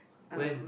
when